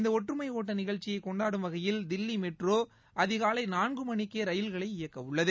இந்த ஒற்றுமை ஓட்ட நிகழ்ச்சியை கொண்டாடும் வகையில் தில்லி மெட்ரோ அதிகாலை நான்கு மணிக்கே ரயில்களை இயக்க உள்ளது